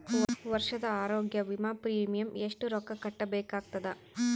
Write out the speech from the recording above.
ವರ್ಷದ ಆರೋಗ್ಯ ವಿಮಾ ಪ್ರೀಮಿಯಂ ಎಷ್ಟ ರೊಕ್ಕ ಕಟ್ಟಬೇಕಾಗತದ?